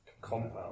Compound